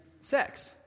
sex